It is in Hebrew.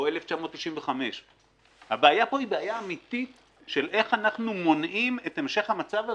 או 1995. הבעיה פה היא בעיה אמתית איך אנחנו מונעים את המשך המצב הזה,